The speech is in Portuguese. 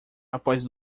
após